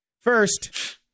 First